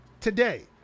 today